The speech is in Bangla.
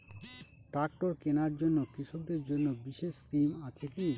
ট্রাক্টর কেনার জন্য কৃষকদের জন্য বিশেষ স্কিম আছে কি?